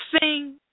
sing